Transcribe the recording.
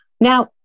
Now